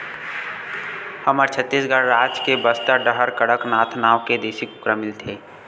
हमर छत्तीसगढ़ राज के बस्तर डाहर कड़कनाथ नाँव के देसी कुकरा मिलथे